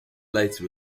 later